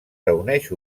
reuneix